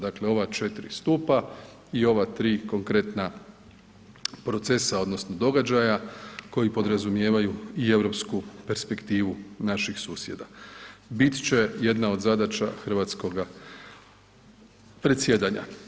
Dakle ova četiri stupa i ova tri konkretna procesa odnosno događaja koji podrazumijevaju i europsku perspektivu naših susjeda, bit će jedna od zadaća hrvatskoga predsjedanja.